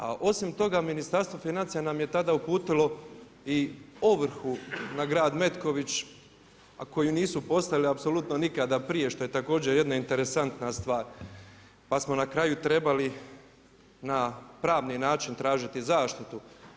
A osim toga Ministarstvo financija nam je tada uputilo i ovrhu na grad Metković a koju nisu poslali apsolutno nikada prije što je također jedna interesantna stvar pa smo na kraju trebali na pravni način tražiti zaštitu.